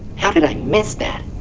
how did i miss that!